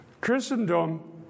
Christendom